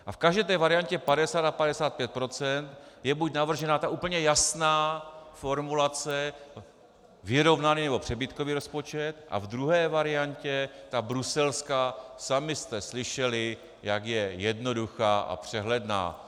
A v každé té variantě 50 a 55 % je buď navržena ta úplně jasná formulace vyrovnaný nebo přebytkový rozpočet, a v druhé variantě ta bruselská, sami jste slyšeli, jak je jednoduchá a přehledná.